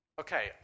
okay